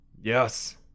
Yes